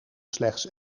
slechts